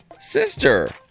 sister